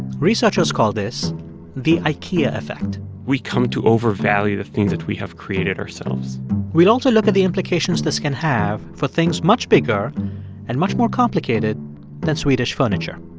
researchers call this the ikea effect we come to overvalue the things that we have created ourselves we'll also look at the implications this can have for things much bigger and much more complicated than swedish furniture.